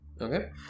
Okay